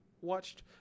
watched